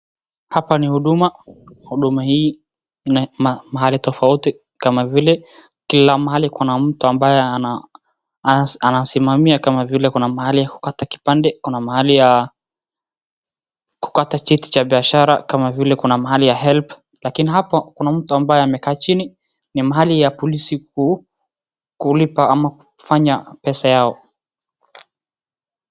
Hapa ni huduma. Huduma hii ina mahali tofauti kama vile, kila mahali kuna mtu ambaye anasimamia kama vile, kuna mahali ya kukata kipande , kuna mahali ya kukata cheti cha biashara kama vile kuna mahali ya helb , lakini hapo kuna mtu ambaye amekaa chini, ni mahali ya polisi kulipa ama polisi kufanya pesa yao.